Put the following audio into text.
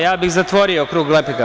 Ja bih zatvorio krug replika.